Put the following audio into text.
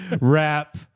rap